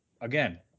again